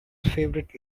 favorite